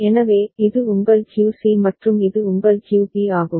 எனவே இது உங்கள் QC மற்றும் இது உங்கள் QB ஆகும்